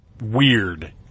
Weird